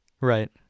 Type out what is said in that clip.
Right